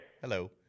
Hello